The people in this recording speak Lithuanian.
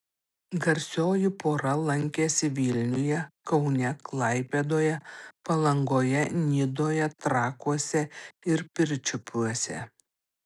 garsioji pora lankėsi vilniuje kaune klaipėdoje palangoje nidoje trakuose ir pirčiupiuose